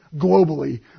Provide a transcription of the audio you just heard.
globally